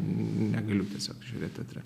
negaliu tiesiog žiūrėt teatre